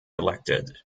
elected